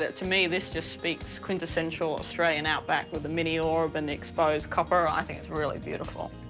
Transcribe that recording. to me, this just speaks quintessential australian outback with the mini orb and the exposed copper. i think it's really beautiful.